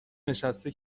نشسته